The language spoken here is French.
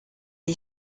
est